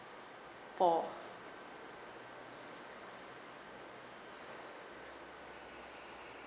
for